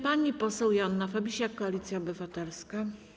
Pani poseł Joanna Fabisiak, Koalicja Obywatelska.